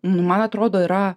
nu man atrodo yra